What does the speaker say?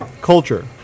culture